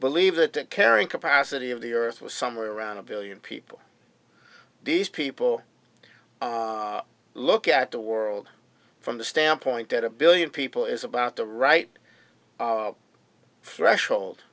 believe that in carrying capacity of the earth was somewhere around a billion people these people look at the world from the standpoint that a billion people is about the right threshold